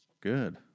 Good